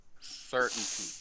Certainty